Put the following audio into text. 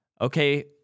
okay